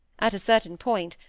at a certain point,